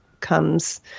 comes